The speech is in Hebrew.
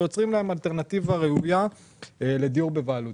יוצרים להם אלטרנטיבה ראויה לדיור בבעלות.